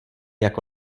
jako